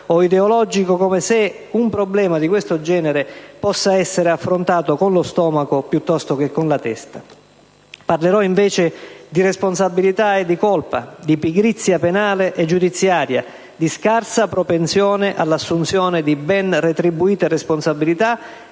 o ideologico, come se un problema di questo genere potesse essere affrontato con lo stomaco piuttosto che con la testa. Parlerò invece di responsabilità e di colpa, di pigrizia penale e giudiziaria, di scarsa propensione all'assunzione di ben retribuite responsabilità,